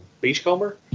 Beachcomber